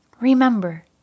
Remember